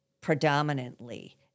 predominantly